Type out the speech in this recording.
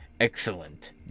excellent